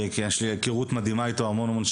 יש לי היכרות ארוכת שנים ומדהימה איתו.